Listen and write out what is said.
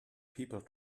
people